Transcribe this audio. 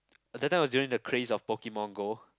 uh that time was during the craze of Pokemon-Go